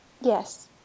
Yes